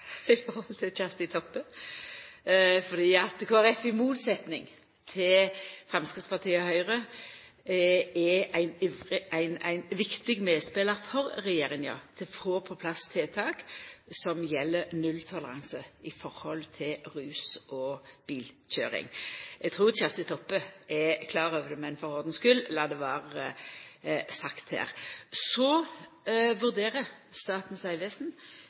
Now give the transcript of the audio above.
høve til Kjersti Toppe, fordi Kristeleg Folkeparti, i motsetjing til Framstegspartiet og Høgre, er ein viktig medspelar for regjeringa for å få på plass tiltak som gjeld nulltoleranse for rus og bilkøyring. Eg trur Kjersti Toppe er klar over det, men lat det for ordens skuld vera sagt her. Statens vegvesen vurderer